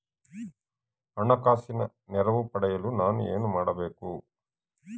ಹಣಕಾಸಿನ ನೆರವು ಪಡೆಯಲು ನಾನು ಏನು ಮಾಡಬೇಕು?